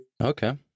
okay